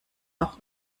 auch